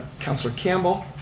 councilor campbell,